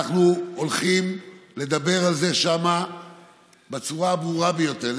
אנחנו הולכים לדבר על זה שם בצורה הברורה ביותר,